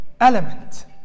element